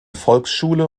volksschule